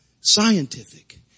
scientific